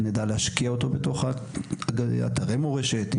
שנדע להשקיע אותו בתוך אתרי מורשת,